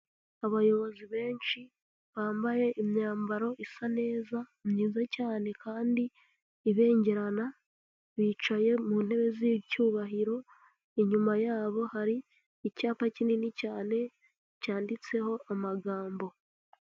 Abayobozi benshi bambaye imyambaro isa neza myiza cyane kandi ibengerana bicaye mu ntebe z'icyubahiro inyuma yabo hari icyapa kinini cyane cyanditseho amagambo.